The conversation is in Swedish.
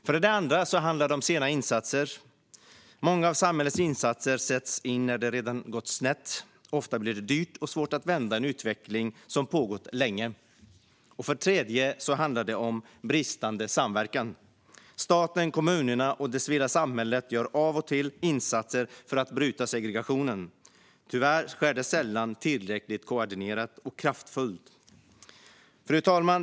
För det andra handlar det om sena insatser. Många av samhällets insatser sätts in när det redan har gått snett. Ofta blir det dyrt och det är svårt att vända en utveckling som har pågått länge. För det tredje handlar det om bristande samverkan. Staten, kommunerna och det civila samhället gör av och till insatser för att bryta segregationen. Tyvärr sker det sällan tillräckligt koordinerat och kraftfullt. Fru talman!